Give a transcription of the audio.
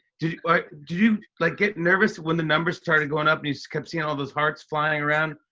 did like did you, like, get nervous when the numbers started going up and you kept seeing all those hearts flying around,